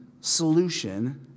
solution